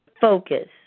focus